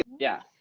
yeah,